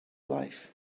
life